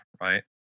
right